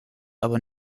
aber